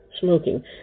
smoking